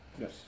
Yes